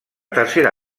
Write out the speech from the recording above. tercera